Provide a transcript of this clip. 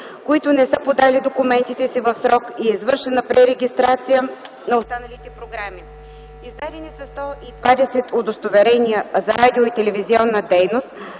които не са подали документите си в срок и е извършена пререгистрация на останалите програми. Издадени са 120 удостоверения за радио- и телевизионна дейност.